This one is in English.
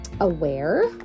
aware